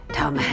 Tom